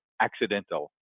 accidental